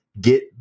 get